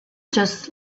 just